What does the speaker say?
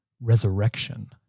resurrection